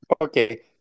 okay